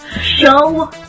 Show